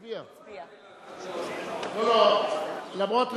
מצביעה גדעון עזרא, אינו נוכח אברהים